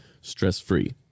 stress-free